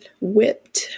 whipped